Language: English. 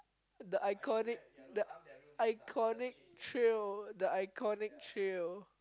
the iconic the iconic trail the iconic trail